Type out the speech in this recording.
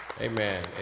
Amen